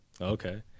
Okay